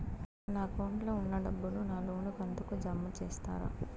నా అకౌంట్ లో ఉన్న డబ్బును నా లోను కంతు కు జామ చేస్తారా?